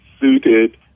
suited